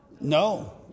No